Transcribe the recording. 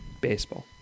Baseball